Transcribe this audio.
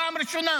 פעם ראשונה